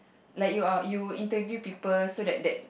like you are you interview people so that that